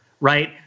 Right